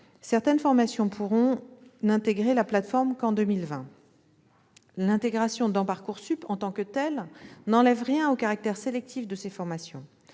Certaines formations pourront n'intégrer la plateforme qu'en 2020. L'intégration dans Parcoursup en tant que telle n'enlève rien au caractère sélectif de ces formations.